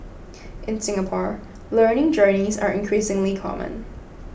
in Singapore learning journeys are increasingly common